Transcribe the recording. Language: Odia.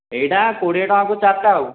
ଏଇଟା କୋଡ଼ିଏ ଟଙ୍କାକୁ ଚାରିଟା ଆଉ